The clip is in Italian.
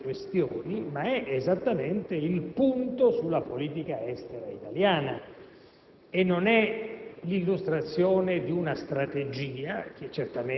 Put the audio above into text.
mi sono limitato a fare il punto sulle principali questioni di politica estera che sono nell'agenda internazionale,